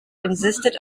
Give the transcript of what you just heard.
insisted